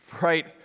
right